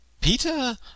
Peter